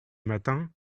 matin